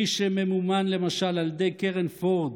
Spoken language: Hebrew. מי שממומן למשל על ידי קרן פורד,